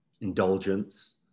indulgence